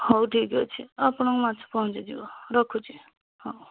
ହଉ ଠିକ୍ ଅଛି ଆପଣଙ୍କ ମାଛ ପହଞ୍ଚିଯିବ ରଖୁଛି ହଉ